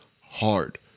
hard